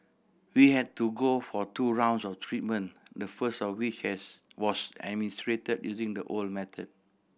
we had to go for two rounds of treatment the first of which is was administered using the old method